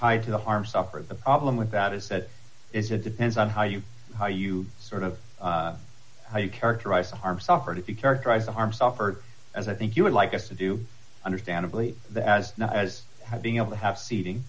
tied to the harm suffered the problem with that is that it depends on how you how you sort of how you characterize harm suffered if you characterize the harm suffered as i think you would like us to do understandably the as not as being able to have seating